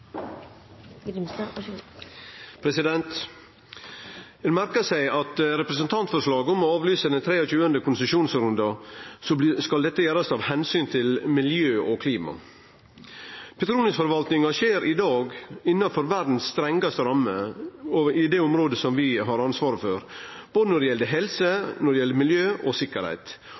Ein merkar seg representantforslaget om å avlyse den 23. konsesjonsrunden – dette skal gjerast av omsyn til miljø og klima. Petroleumsforvaltinga skjer i dag innanfor verdas strengaste ramme, i det området vi har ansvaret for både når det gjeld helse, miljø og sikkerheit. Det er god og